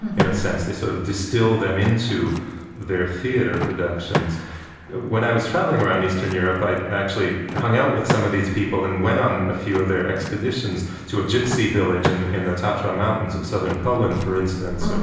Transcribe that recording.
in a sense. they sort of distill them into their theater productions when i was traveling around eastern europe, i actually hung out with some of these people and went on a few of their expeditions to a gypsy village and in the tatra mountains of southern poland, for instance.